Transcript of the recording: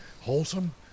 wholesome